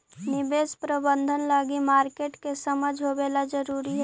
निवेश प्रबंधन लगी मार्केट के समझ होवेला जरूरी हइ